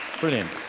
Brilliant